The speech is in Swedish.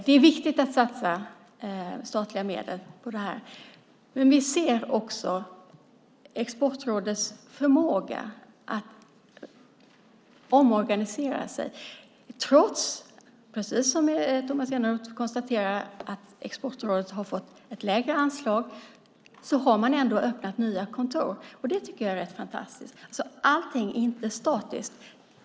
Det är viktigt att satsa statliga medel på detta, men vi ser också Exportrådets förmåga att omorganisera sig. Trots att Exportrådet precis som Tomas Eneroth konstaterar har fått ett lägre anslag har man öppnat nya kontor. Det tycker jag är rätt fantastiskt. Allt är alltså inte statiskt.